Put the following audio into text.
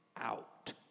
out